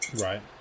Right